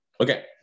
Okay